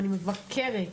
אני מבקרת,